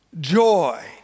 joy